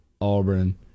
Auburn